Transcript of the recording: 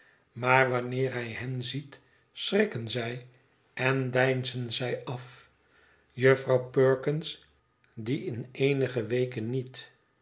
maar wanneer hij hen ziet schrikken zij en deinzen zij af jufvrouw perkins die in eenige weken niet